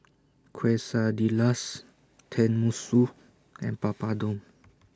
Quesadillas Tenmusu and Papadum